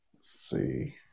see